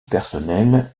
personnel